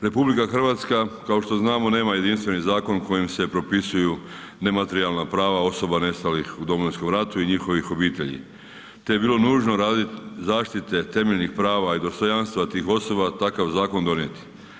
RH kao što znamo nema jedinstveni zakon kojim se propisuju nematerijalna prava osoba nestalih u Domovinskom ratu i njihovih obitelji te je bilo nužno radi zaštite temeljenih prava i dostojanstva tih osoba takav zakon donijeti.